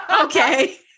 okay